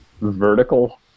vertical